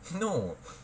no